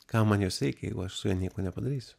kam man jos reikia jeigu aš nieko nepadarysiu